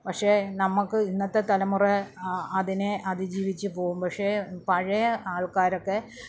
പക്ഷെ നമുക്ക് ഇന്നത്തെ തലമുറ അതിനെ അതിജീവിച്ച് പോവും പക്ഷേ പഴയ ആൾക്കാരൊക്കെ